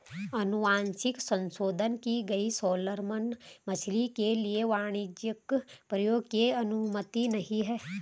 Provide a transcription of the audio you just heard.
अनुवांशिक संशोधन की गई सैलमन मछली के लिए वाणिज्यिक प्रयोग की अनुमति नहीं है